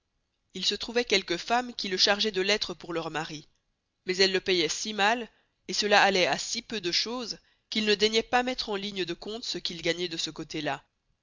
il se trouvoit quelques femmes qui le chargeoient de lettres pour leurs maris mais elles le payoient si mal et cela alloit à si peu de chose qu'il ne daignoit mettre en ligne de conte ce qu'il gagnoit de ce côté-là